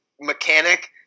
mechanic